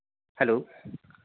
hello